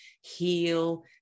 heal